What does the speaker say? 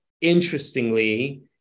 interestingly